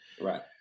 Right